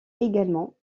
également